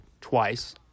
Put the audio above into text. twice